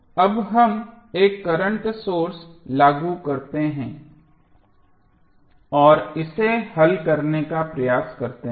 तो अब हम एक करंट सोर्स लागू करते हैं और इसे हल करने का प्रयास करते हैं